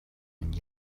and